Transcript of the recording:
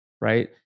right